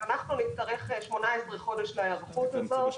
אז אנחנו נצטרך 18 חודשים להיערכות הזאת,